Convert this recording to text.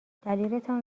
دلیلتان